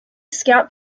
scout